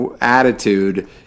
attitude